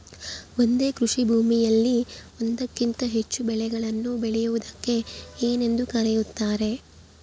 ಒಂದೇ ಕೃಷಿಭೂಮಿಯಲ್ಲಿ ಒಂದಕ್ಕಿಂತ ಹೆಚ್ಚು ಬೆಳೆಗಳನ್ನು ಬೆಳೆಯುವುದಕ್ಕೆ ಏನೆಂದು ಕರೆಯುತ್ತಾರೆ?